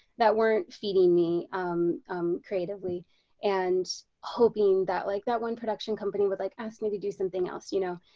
that weren't feeding me creatively and hoping that like that one production company would like ask me to do something else, you know.